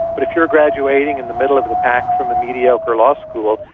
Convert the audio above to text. but if you are graduating in the middle of the pack from a mediocre law school,